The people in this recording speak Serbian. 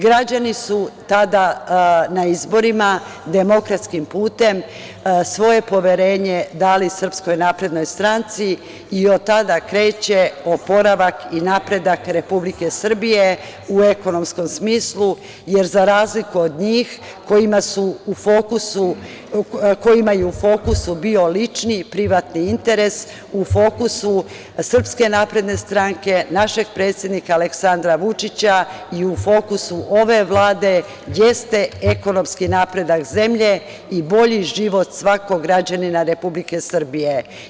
Građani su tada na izborima demokratskim putem svoje poverenje dali SNS i od tada kreće oporavak i napredak Republike Srbije u ekonomskom smislu, jer za razliku od njih kojima je u fokusu bio lični i privatni interes, u fokusu SNS, našeg predsednika Aleksandra Vučića i u fokusu ove Vlade, jeste ekonomski napredak zemlje i bolji život svakog građanina Republike Srbije.